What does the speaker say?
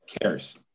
cares